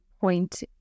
point